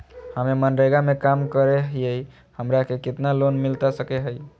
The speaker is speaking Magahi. हमे मनरेगा में काम करे हियई, हमरा के कितना लोन मिलता सके हई?